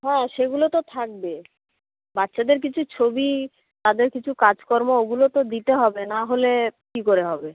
হ্যাঁ সেগুলো তো থাকবে বাচ্চাদের কিছু ছবি তাদের কিছু কাজকর্ম ওগুলো তো দিতে হবে নাহলে কি করে হবে